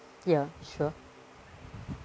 yeah sure